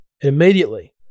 Immediately